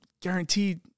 guaranteed